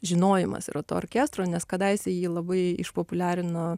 žinojimas yra to orkestro nes kadaise jį labai išpopuliarino